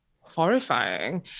horrifying